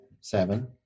seven